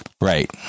Right